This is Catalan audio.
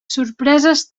sorpreses